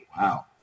Wow